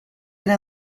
era